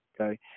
okay